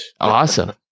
Awesome